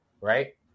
right